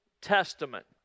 Testament